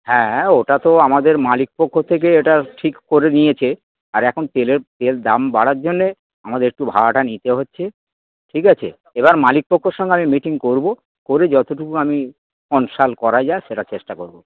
হ্যাঁ ওটা তো আমাদের মালিক পক্ষর থেকে এটা ঠিক করে নিয়েছে আর এখন তেলের তেল দাম বাড়ার জন্যে আমাদের একটু ভাড়াটা নিতে হচ্ছে ঠিক আছে এবার মালিক পক্ষর সঙ্গে আমি মিটিং করবো করে যতটুকু আমি কনসাল্ট করা যা সেটা চেষ্টা করবো